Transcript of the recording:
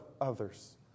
others